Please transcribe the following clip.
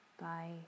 Bye